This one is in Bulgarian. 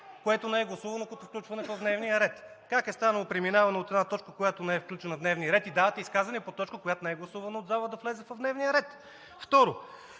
което не е гласувано като включване в дневния ред. Как е станало преминаването от една точка, която не е включена в дневния ред, а давате изказвания по точка, която не е гласувана от залата да влезе в дневния ред? Второ,